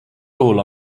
juhul